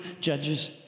Judges